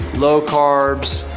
low carbs,